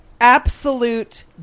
absolute